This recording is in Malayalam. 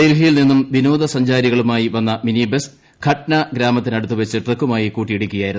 ഡൽഹിയിൽ നിന്നും വിനോദസഞ്ചാരികളുമായി ്പ്ന്ന് മിനിബസ് ഗഡ്ന ഗ്രാമത്തിനടുത്ത് വച്ച് ട്രക്കുമായി കൂട്ടിയിടിക്കുകയായിരുന്നു